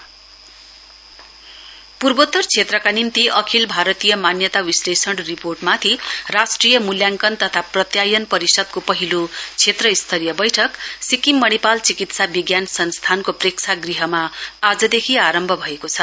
an A A C meeting पूर्वोत्रर क्षेत्रका निम्ति अखिल भारतीय मान्यता विशेलेषण रिपोर्टमाथि राष्ट्रिय मूल्यङाकन तथा प्रत्यायन परिषदको पहिलो क्षेत्र स्तरीय वैठक सिक्किम मणिपाल चिकित्सा विज्ञान संस्थानको प्रेक्षग्रहमा आजदेखि आरम्भ भएको छ